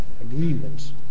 agreements